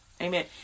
Amen